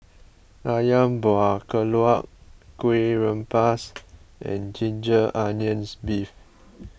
Ayam Buah Keluak Kueh Rengas and Ginger Onions Beef